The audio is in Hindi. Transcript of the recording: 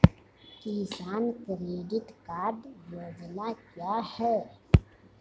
किसान क्रेडिट कार्ड योजना क्या है?